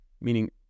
meaning